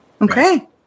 Okay